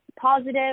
Positive